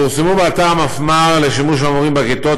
הן פורסמו באתר המפמ"ר לשימוש המורים בכיתות,